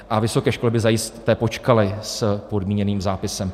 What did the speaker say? A vysoké školy by zajisté počkaly s podmíněným zápisem.